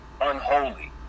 unholy